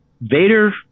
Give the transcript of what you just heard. Vader